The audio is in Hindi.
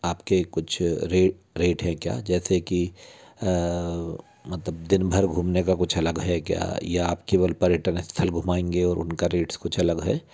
आप के कुछ रेट रेट हैं क्या जैसे कि मतलब दिनभर घूमने का कुछ अलग है क्या या आप केवल पर्यटनइस्थल घुमाएंगे और उनका रेट्स कुछ अलग है